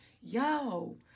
yo